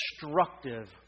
destructive